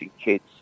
kids